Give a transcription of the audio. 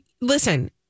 listen